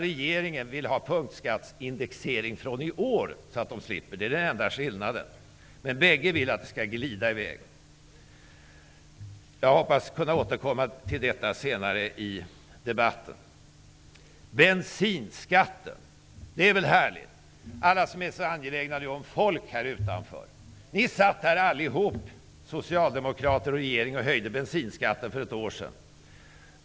Regeringen vill däremot ha en punktskatteindexering redan från i år. Det är den enda skillnaden. Men bägge dessa parter vill att dessa skatter bara skall glida i väg. Jag hoppas kunna återkomma till detta senare i debatten. Det är väl vidare härligt med bensinskatten! Alla ni som nu är så angelägna om människorna här utanför -- ni som företräder Socialdemokraterna och regeringspartierna -- var för ett år sedan överens om att höja bensinskatten.